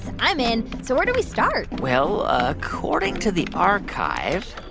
i'm in. so where do we start? well, according to the archive,